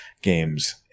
Games